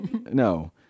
no